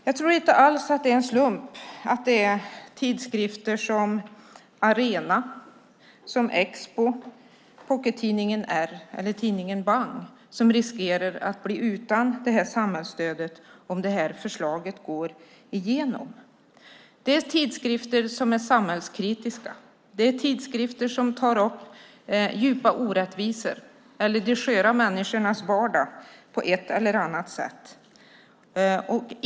Jag tror inte alls att det är en slump att det är tidskrifter som Arena, Expo, Pockettidningen R och Bang som riskerar att bli utan detta samhällsstöd om förslaget går igenom. Det är tidskrifter som är samhällskritiska. Det är tidskrifter som tar upp djupa orättvisor och de sköra människornas vardag på ett eller annat sätt.